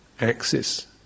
axis